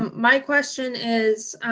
my question is,